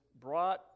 brought